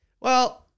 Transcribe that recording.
Well-